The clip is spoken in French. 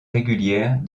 régulière